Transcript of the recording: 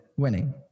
Winning